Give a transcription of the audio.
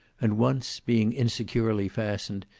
and once, being insecurely fastened,